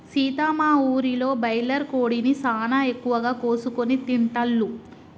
సీత మా ఊరిలో బాయిలర్ కోడిని సానా ఎక్కువగా కోసుకొని తింటాల్లు